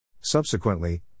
Subsequently